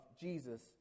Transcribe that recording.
Jesus